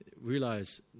realize